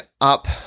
up